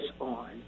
on